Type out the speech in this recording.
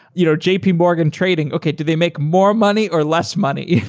you know j p. morgan trading. okay. do they make more money or less money?